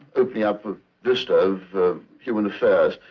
opening up a vista of human affairs.